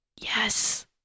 Yes